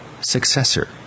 successor